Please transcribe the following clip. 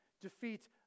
defeat